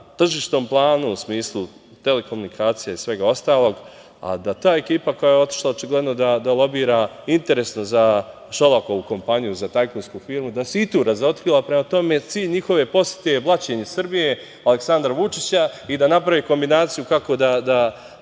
tržišnom planu u smislu telekomunikacija i svega ostalog, a da ta ekipa koja je otišla očigledno da lobira interesno za Šolakovu kompaniju, za tajkunsku firmu, da se i tu razotkrila. Prema tome, cilj njihove posete je blaćenje Srbije, Aleksandra Vučića i da naprave kombinaciju kako da